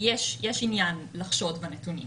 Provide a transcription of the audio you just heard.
יש עניין לחשוד בנתונים.